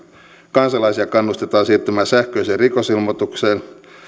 kansalaisia kannustetaan siirtymään sähköiseen rikosilmoitukseen